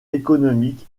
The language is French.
économie